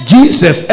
Jesus